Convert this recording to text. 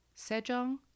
Sejong